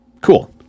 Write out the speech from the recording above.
Cool